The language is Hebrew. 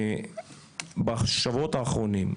בשבועות האחרונים,